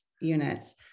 units